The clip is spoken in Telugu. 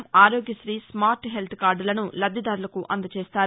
ఆరోగ్యశ్రీ స్మార్ట్ హెల్త్ కార్డులను లబ్దిదారులకు అందజేస్తారు